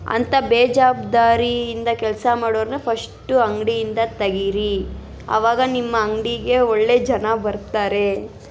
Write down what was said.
ಅಂಥ ಬೇಜವಾಬ್ದಾರಿಯಿಂದ ಕೆಲಸ ಮಾಡೋವ್ರನ್ನ ಫಶ್ಟು ಅಂಗಡಿಯಿಂದ ತೆಗೀರಿ ಆವಾಗ ನಿಮ್ಮ ಅಂಗಡಿಗೆ ಒಳ್ಳೆಯ ಜನ ಬರ್ತಾರೆ